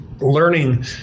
learning